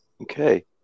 Okay